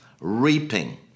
reaping